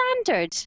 standard